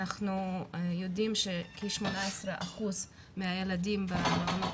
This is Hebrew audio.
אנחנו יודעים שכ-18% מהילדים במעונות